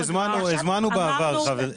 הזמנו בעבר, חברת הכנסת.